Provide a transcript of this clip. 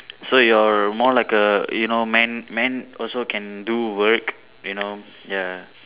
so you're more like a you know man man also can do work you know ya